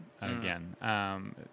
again